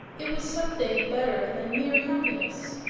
it was something better than mere happiness.